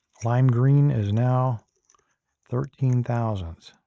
lime green is now thirteen thousand.